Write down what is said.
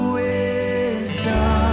wisdom